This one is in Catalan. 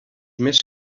més